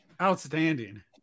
Outstanding